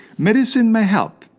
medicine may help.